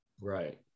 Right